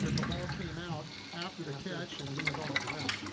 the ball came out after the catch and he was on the ground.